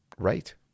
Right